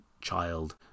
child